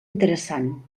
interessant